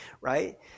right